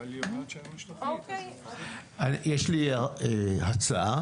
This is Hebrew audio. יש לי הצעה.